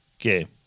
Okay